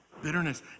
Bitterness